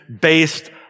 based